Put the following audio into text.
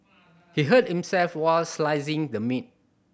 he hurt himself while slicing the meat